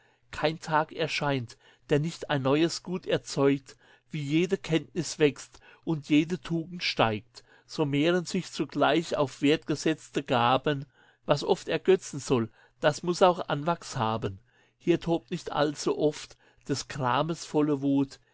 kein tag erscheint der nicht ein neues gut erzeugt wie jede kenntnis wächst und jede tugend steigt so mehren sich zugleich auf wert gesetzte gaben was oft ergötzen soll das muß auch anwachs haben hier tobt nicht allzu oft des grames volle wut